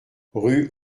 rue